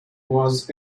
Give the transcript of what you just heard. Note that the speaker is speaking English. was